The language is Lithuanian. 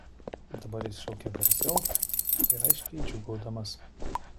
dabar jis šaukė garsiau ir aiškiai džiūgaudamas